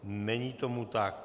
Není tomu tak.